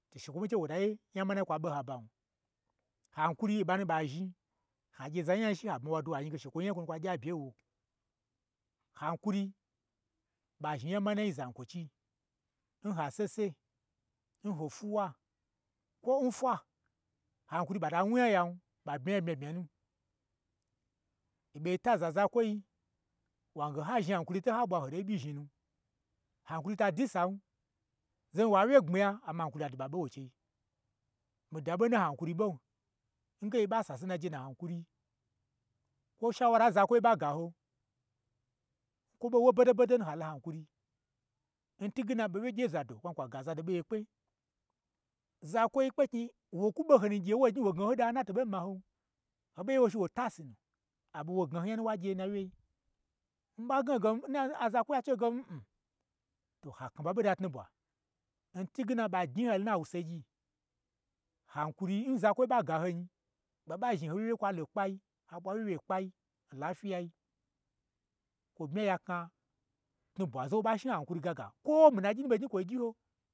To shekwoi ɓwugyi che ta ye ge onya manai kwo ɓo ha ban, hankuri a ɓanu ɓa zhni, ha gye za n nyai shi, ha bmawa dwuawa zhni ge shekwo oye onyaye kwa gyabye n wo, han kuri, ɓa zhni nya manai n zankwo chi, n ha sese, nho fwuwa, kwon fwa, hankuri ɓata wnu nya yan, ɓa bmya nya bmya bmyanu, yi ɓo taza nzakwoi, n ha zhna hankuri toha ɓwan, hoto ɓyi zhni nu, hankuri ta dwusan, zohai wa wye gbmiya amma hankuri ɓa dwu ɓa ɓe won chei, mii daɓo n na hankuri ɓo nge nyi ɓa sase n nayei n na hankuri, kwo shaura n zakwo i ɓa gaho, n kwo ɓo wo ɓodo ɓodo hu, holo hai hankuri zmi ntwuge na ɓo wyegye n zado kwan kwa gazado ɓoye kpe, zakwoi kpeknyi wo kwu ɓo honu gye, wo gnyi wo daho da, n na to ɓei ma hon, ho ɓa gye n gye wo shi wota sunu, amma wo gna ho nyanu n wa gye nanwye, n ɓa gna hoge, nna zakwoi ha chi ho ge mmm, to ha kna ɓa ɓoda tnubwa, n twuge na ɓa gnyi ho yanu n na wu se gyi. Hankuri n zakwoi ɓaga ho nyi ɓa ɓa zhni ho wyewyei kwa lo nkpai, ha ɓwa wye wyei n kpad n lafyiya yi, kwo bmya lo ha kn tnubwa oza n wo ɓa shni hankuri gaga, kwo mii na gyinu ɓo gnyi kwo gyi ho.